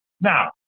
Now